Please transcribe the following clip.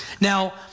Now